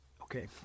Okay